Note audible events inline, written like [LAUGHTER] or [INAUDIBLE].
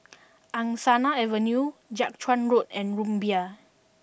[NOISE] Angsana Avenue Jiak Chuan Road and Rumbia